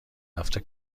هفته